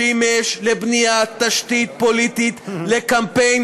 שימש לבניית תשתית פוליטית לקמפיין